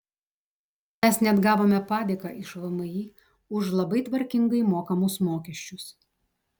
mes net gavome padėką iš vmi už labai tvarkingai mokamus mokesčius